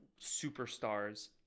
superstars